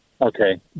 Okay